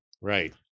Right